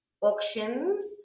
auctions